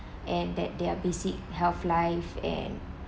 and that there are basic health life and